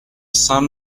sun